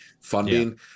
funding